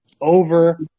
over